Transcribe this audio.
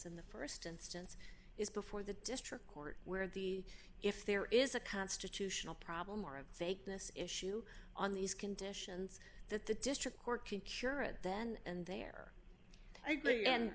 in the st instance is before the district court where the if there is a constitutional problem or of take this issue on these conditions that the district court can cure it then and there a